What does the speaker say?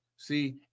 See